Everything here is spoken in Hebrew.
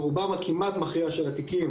ברובם הכמעט מכריע של התיקים,